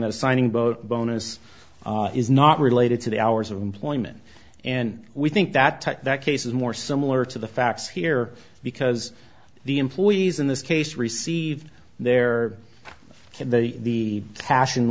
the signing boat bonus is not related to the hours of employment and we think that that case is more similar to the facts here because the employees in this case received their had the cash